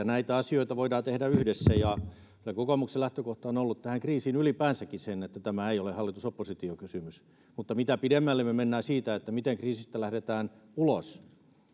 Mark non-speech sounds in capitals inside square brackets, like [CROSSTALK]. [UNINTELLIGIBLE] näitä asioita yhdessä kyllä kokoomuksen lähtökohta on ollut tässä kriisissä ylipäänsäkin se että tämä ei ole hallitus oppositio kysymys mutta kun me menemme pidemmälle siinä miten kriisistä lähdetään ulos